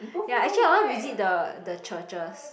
ya actually I want to visit the the churches